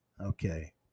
okay